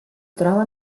trova